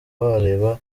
wareba